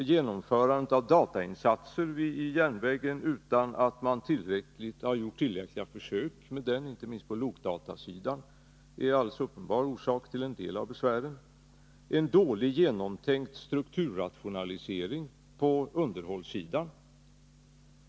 Det har införts data vid järnvägen utan att det gjorts tillräckliga försök därmed, inte minst på lokdatasidan — det är alldeles uppenbart en orsak till en del av besvären. Och det är en dåligt genomtänkt strukturrationalisering på underhållssidan.